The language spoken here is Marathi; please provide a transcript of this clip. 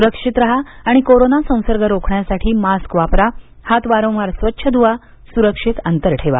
सुरक्षित राहा आणि कोरोना संसर्ग रोखण्यासाठी मास्क वापरा हात वारंवार स्वच्छ ध्वा सुरक्षित अंतर ठेवा